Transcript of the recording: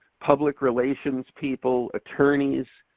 public relations people, attorneys,